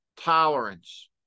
tolerance